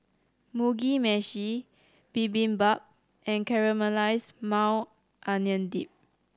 Mugi Meshi Bibimbap and Caramelized Maui Onion Dip